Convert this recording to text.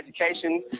education